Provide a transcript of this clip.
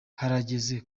harageze